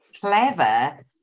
clever